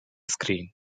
screen